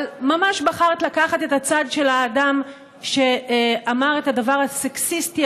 אבל ממש בחרת לקחת את הצד של האדם שאמר את הדבר הסקסיסטי,